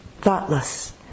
thoughtless